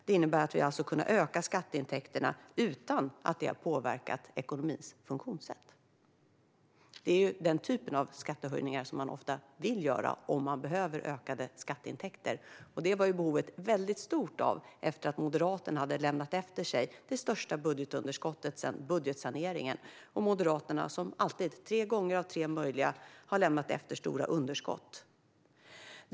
Vi har alltså kunnat öka skatteintäkterna utan att det har påverkat ekonomins funktionssätt. Det är denna typ av skattehöjningar man vill göra om man behöver ökade skatteintäkter. Behovet av det var stort efter att Moderaterna lämnat efter sig det största budgetunderskottet sedan budgetsaneringen. Moderaterna har ju tre gånger av tre möjliga lämnat efter sig stora underskott.